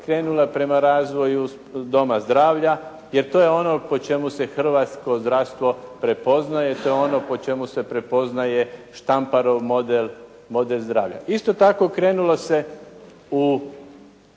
krenula prema razvoju doma zdravlja jer to je ono po čemu se hrvatsko zdravstvo prepoznaje, to je ono po čemu se prepoznaje Štamparov model zdravlja. Isto tako, krenulo se u